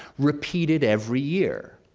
repeated every year.